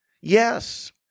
Yes